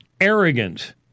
arrogant